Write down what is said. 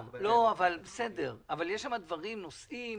נושאים